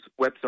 website